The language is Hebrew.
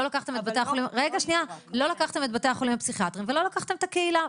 לא לקחתם את בתי החולים הפסיכיאטריים ולא לקחתם את הקהילה.